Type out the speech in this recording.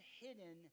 hidden